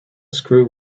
screw